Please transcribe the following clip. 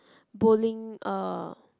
bowling uh